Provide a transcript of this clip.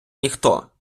ніхто